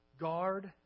Guard